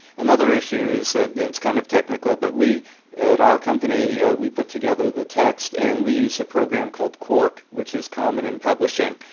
another issue is that, and it's kind of technical, but we at our company we put together the text and we use a program called quark which is common in publishing,